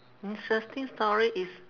interesting story is